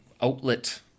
outlet